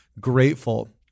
grateful